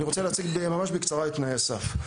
אני רוצה להציג ממש בקצרה את תנאי הסף.